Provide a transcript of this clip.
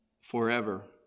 forever